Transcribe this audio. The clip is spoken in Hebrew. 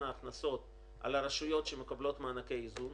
ההכנסות על הרשויות שמקבלות מענקי איזון,